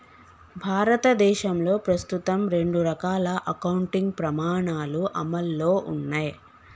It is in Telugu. భారతదేశంలో ప్రస్తుతం రెండు రకాల అకౌంటింగ్ ప్రమాణాలు అమల్లో ఉన్నయ్